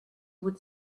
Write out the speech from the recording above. would